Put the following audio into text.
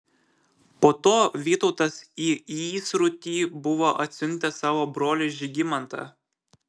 po to vytautas į įsrutį buvo atsiuntęs savo brolį žygimantą